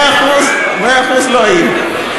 100% לא יהיה.